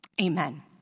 amen